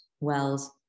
wells